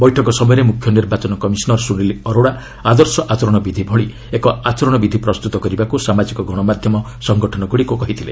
ବୈଠକ ସମୟରେ ମ୍ରଖ୍ୟ ନିର୍ବାଚନ କମିଶନର୍ ସୁନିଲ୍ ଅରୋଡ଼ା ଆଦର୍ଶ ଆଚରଣ ବିଧି ଭଳି ଏକ ଆଚରଣ ବିଧି ପ୍ରସ୍ତୁତ କରିବାକୁ ସାମାଜିକ ଗଶମାଧ୍ୟମ ସଙ୍ଗଠନଗୁଡ଼ିକୁ କହିଥିଲେ